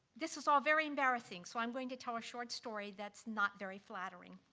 this is all very embarrassing, so i'm going to tell a short story that's not very flattering.